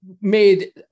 made